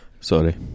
Sorry